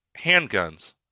handguns